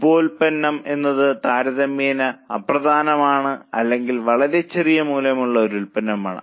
ഉപോൽപ്പന്നം എന്നത് താരതമ്യേന അപ്രധാനമായ അല്ലെങ്കിൽ വളരെ ചെറിയ മൂല്യമുള്ള ഒരു ഉൽപ്പന്നമാണ്